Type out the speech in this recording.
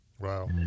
Wow